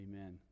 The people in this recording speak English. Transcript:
Amen